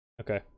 Okay